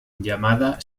llamada